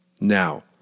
Now